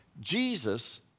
Jesus